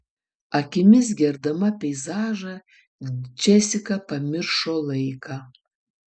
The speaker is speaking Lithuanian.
akimis gerdama peizažą džesika pamiršo laiką